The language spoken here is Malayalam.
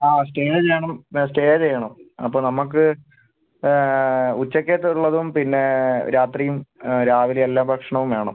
ആ സ്റ്റേ ചെയ്യണം സ്റ്റേ ചെയ്യണം അപ്പം നമുക്ക് ഉച്ചയ്ക്കത്തെ ഉള്ളതും പിന്നെ രാത്രിയും രാവിലെ എല്ലാ ഭക്ഷണവും വേണം